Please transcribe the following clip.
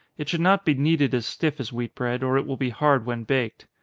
it should not be kneaded as stiff as wheat bread, or it will be hard when baked.